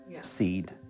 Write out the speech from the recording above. seed